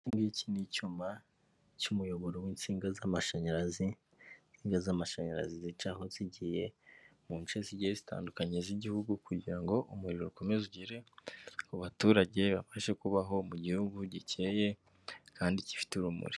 Iki ni icyuma cy'umuyoboro w'insinga z'amashanyarazi, insinga z'amashanyarazi zicaho zigiye mu nce zigiye zitandukanye z'igihugu kugira ngo umuriro ukomeze ugere ku baturage babashe kubaho mu gihugu gikeye kandi gifite urumuri.